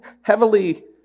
heavily